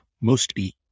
mostly